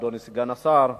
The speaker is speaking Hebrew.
אדוני סגן השר,